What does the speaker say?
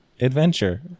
adventure